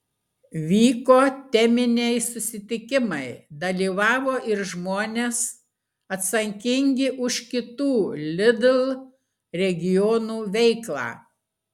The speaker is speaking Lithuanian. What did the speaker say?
vyko teminiai susitikimai dalyvavo ir žmonės atsakingi už kitų lidl regionų veiklą